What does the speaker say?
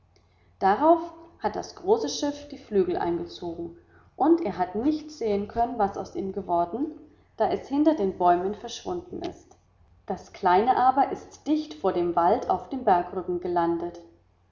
darauf hat das große schiff die flügel eingezogen und er hat nicht sehen können was aus ihm geworden da es hinter den bäumen verschwunden ist das kleine aber ist dicht vor dem wald auf dem bergrücken gelandet